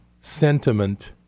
sentiment